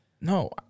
No